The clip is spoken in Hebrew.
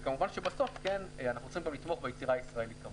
וכמובן שבסוף כן אנחנו רוצים גם לתמוך ביצירה הישראלית.